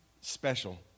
special